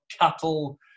cattle